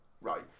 right